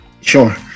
Sure